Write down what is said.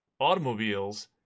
automobiles